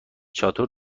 چادر